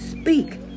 speak